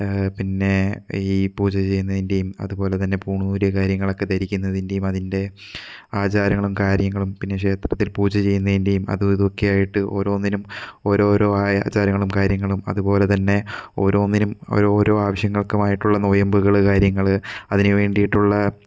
പിന്നെ ഈ പൂജ ചെയ്യുന്നതിൻ്റെയും അതുപോലെ തന്നെ പൂണൂല് കാര്യങ്ങളൊക്കെ ധരിക്കുന്നതിൻ്റെയും അതിൻ്റെ ആചാരങ്ങളും കാര്യങ്ങളും പിന്നെ ക്ഷേത്രത്തിൽ പൂജ ചെയ്യുന്നതിൻ്റെയും അതുമിതുവൊക്കെ ആയിട്ട് ഓരോന്നിനും ഓരോരോ ആയ ആചാരങ്ങളും കാര്യങ്ങളും അതുപോലെ തന്നെ ഓരോന്നിനും ഓരോരോ ആവശ്യങ്ങൾക്കുമായിയിട്ടുള്ള നോയമ്പുകള് കാര്യങ്ങള് അതിന് വേണ്ടിയിട്ടുള്ള